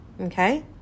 Okay